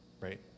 right